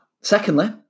secondly